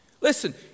Listen